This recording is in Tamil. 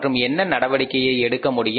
மற்றும் என்ன நடவடிக்கையை எடுக்க முடியும்